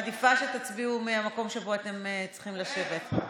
אני מעדיפה שתצביעו מהמקום שבו אתם צריכים לשבת,